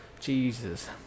Jesus